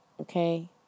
Okay